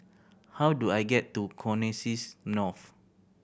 how do I get to Connexis North